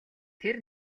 тэр